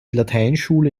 lateinschule